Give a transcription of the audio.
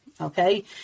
Okay